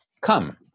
come